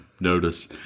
notice